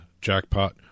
jackpot